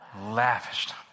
lavished